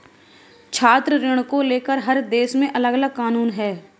छात्र ऋण को लेकर हर देश में अलगअलग कानून है